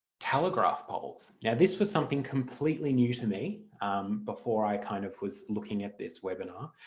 telegraph poles. now this was something completely new to me before i kind of was looking at this webinar.